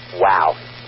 Wow